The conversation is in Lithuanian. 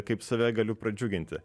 kaip save galiu pradžiuginti